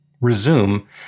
resume